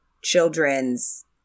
children's